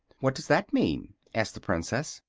what does that mean? asked the princess.